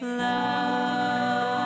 love